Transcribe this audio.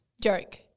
Joke